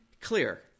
clear